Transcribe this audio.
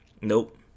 Nope